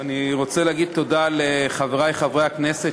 אני רוצה להגיד תודה לחברי חברי הכנסת,